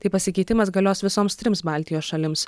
taip pasikeitimas galios visoms trims baltijos šalims